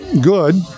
good